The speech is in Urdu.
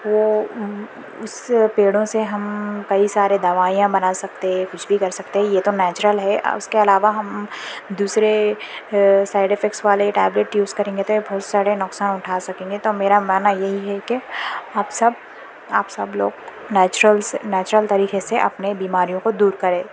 وہ اس پیڑوں سے ہم کئی سارے دوائیاں بنا سکتے کچھ بھی کر سکتے ہے یہ تو نیچرل ہے اس کے علاوہ ہم دوسرے سائڈ افیکٹس والے ٹیبلیٹ یوز کریں گے تو یہ بہت سارے نقصان اٹھا سکیں گے تو میرا ماننا یہی ہے کہ آپ سب آپ سب لوگ نیچرل سے نیچرل طریقے سے اپنے بیماریوں کو دور کرے